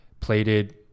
plated